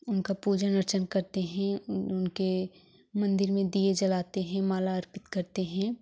उनकी पुजा अर्चना करते हें उनके मंदिर में दीये जलाते हें माला अर्पित करते हें